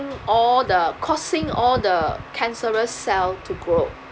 all the causing all the cancerous cell to grow